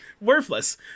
worthless